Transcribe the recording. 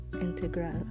Integral